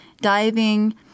diving